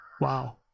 Wow